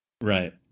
Right